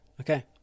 Okay